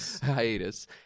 Hiatus